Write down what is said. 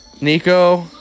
Nico